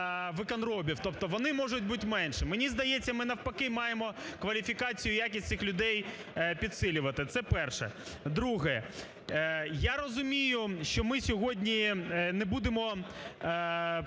виконробів, тобто вони можуть бути меншими. Мені здається, ми навпаки маємо кваліфікацію якість цих людей підсилювати – це перше. Друге. Я розумію, що ми сьогодні не будемо